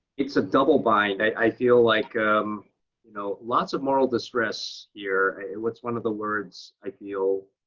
it's a double-bind. i i feel like um you know lots of moral distress, here. what's one of the words i feel?